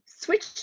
switch